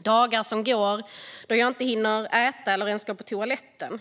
Dagar som går då jag inte hinner äta eller ens gå på toaletten.